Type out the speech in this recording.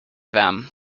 them